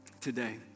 today